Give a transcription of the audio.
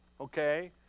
okay